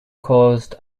caused